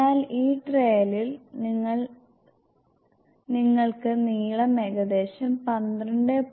അതിനാൽ ഈ ട്രയലിൽ നിങ്ങൾക്ക് നീളം ഏകദേശം 12